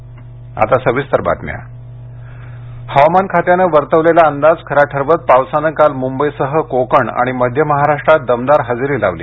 पाऊस पूर हवामान खात्यानं वर्तवलेला अंदाज खरा ठरवत पावसानं काल मुंबईसह कोकण आणि मध्य महाराष्ट्रात दमदार हजेरी लावली